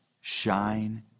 shine